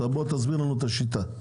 תסביר לנו את השיטה.